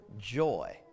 joy